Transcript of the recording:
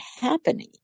happening